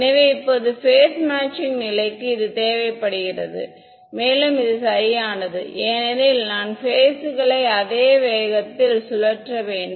எனவே இப்போது phase matching நிலைக்கு இது தேவைப்படுகிறது மேலும் இது சரியானது ஏனெனில் நான் பேஸ்களை அதே வேகத்தில் சுழற்ற வேண்டும்